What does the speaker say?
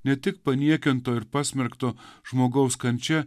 ne tik paniekinto ir pasmerkto žmogaus kančia